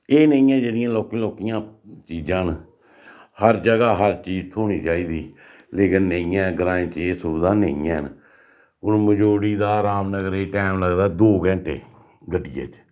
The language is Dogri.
एह् नेहियां जेह्ड़ियां लौह्की लौह्कियां चीजां न हर जगह् हर चीज थ्होनी चाहिदी लेकिन नेईं ऐ ग्राएं च एह् सुविधा नेईं हैन हून मजोड़ी दा रामनगरै ई टैम लगदा दो घैंटे गड्डियै च